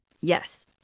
Yes